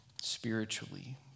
spiritually